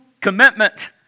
commitment